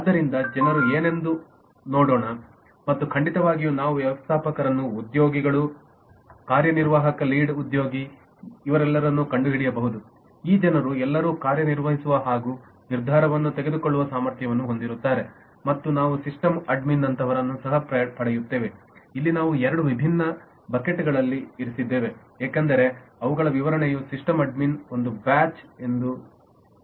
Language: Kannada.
ಆದ್ದರಿಂದ ಜನರು ಏನೆಂದು ನೋಡೋಣ ಮತ್ತು ಖಂಡಿತವಾಗಿಯೂ ನಾವು ವ್ಯವಸ್ಥಾಪಕರನ್ನುಉದ್ಯೋಗಿಗಳು ಕಾರ್ಯನಿರ್ವಾಹಕ ಲೀಡ್ ಉದ್ಯೋಗಿ ಇವರೆಲ್ಲರನ್ನು ಕಂಡುಹಿಡಿಯಬಹುದು ಈ ಜನರು ಎಲ್ಲರೂ ಕಾರ್ಯನಿರ್ವಹಿಸುವ ಹಾಗು ನಿರ್ಧಾರವನ್ನು ತೆಗೆದುಕೊಳ್ಳುವ ಸಾಮರ್ಥ್ಯವನ್ನು ಹೊಂದಿರುತ್ತಾರೆ ಮತ್ತು ನಾವು ಸಿಸ್ಟಮ್ ಅಡ್ಮಿನ್ ನಂತಹವರನ್ನು ಸಹ ಪಡೆಯುತ್ತೇವೆ ಇಲ್ಲಿ ನಾನು ಈ ಎರಡು ವಿಭಿನ್ನ ಬಕೆಟ್ಗಳಲ್ಲಿ ಇರಿಸಿದ್ದೇನೆ ಏಕೆಂದರೆ ಅವುಗಳ ವಿವರಣೆಯು ಸಿಸ್ಟಮ್ ಅಡ್ಮಿನ್ ಒಂದು ಬ್ಯಾಚ್ ಎಂದು ಹೇಳುತ್ತದೆ